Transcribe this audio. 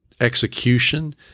execution